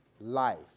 life